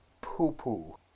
poo-poo